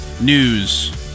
news